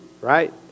Right